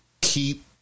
keep